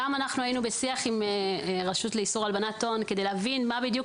גם אנחנו היינו בשיח עם הרשות לאיסור הלבנת הון כדי להבין מה בדיוק